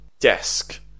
desk